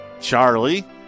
Charlie